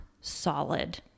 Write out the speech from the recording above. solid